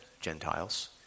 Gentiles